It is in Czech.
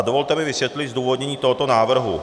Dovolte mi vysvětlit zdůvodnění tohoto návrhu.